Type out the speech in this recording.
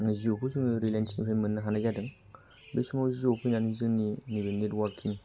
बे जिय'खौ जोङो रिलाइन्सनिफ्राय मोननो हानाय जादों बे समाव जिय' फैनानै जोंनि नैबे नेटवार्कनि